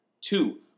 Two